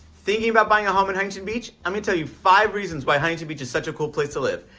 thinking about buying a home in huntington beach? i'm going to tell you five reasons why huntington beach is such a cool place to live.